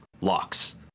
locks